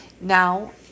Now